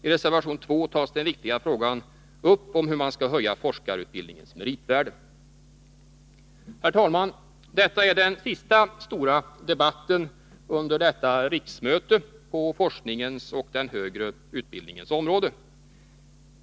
I reservation 2 tas den viktiga frågan om hur man skall höja forskarutbildningens meritvärde upp. Herr talman! Detta är den sista stora debatten under detta riksmöte på forskningens och den högre utbildningens område.